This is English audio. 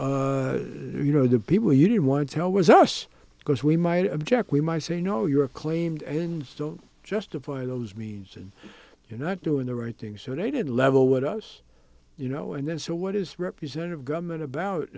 you know the people you didn't want to tell was us because we might object we might say no you were claimed and still justify those means and you know not doing the right thing so they did level with us you know and then so what is representative government about